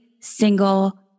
single